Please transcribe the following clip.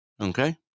Okay